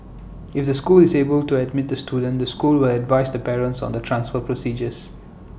if the school is able to admit the student the school will advise the parent on the transfer procedures